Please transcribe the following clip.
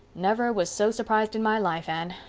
never was so surprised in my life, anne.